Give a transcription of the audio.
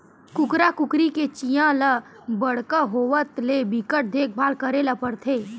कुकरा कुकरी के चीया ल बड़का होवत ले बिकट देखभाल करे ल परथे